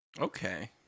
Okay